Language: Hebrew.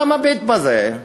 אתה מביט בזה,